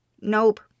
Nope